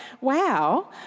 wow